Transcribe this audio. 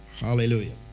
Hallelujah